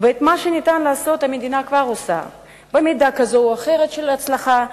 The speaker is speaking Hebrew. ואת מה שניתן לעשות המדינה כבר עושה במידה כזאת או אחרת של הצלחה.